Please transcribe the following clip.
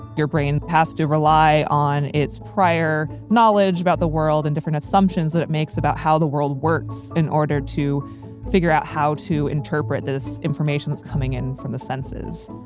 your brain has to rely on its prior knowledge about the world and different assumptions that it makes about how the world works in order to figure out how to interpret this information that's coming in from the senses.